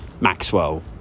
Maxwell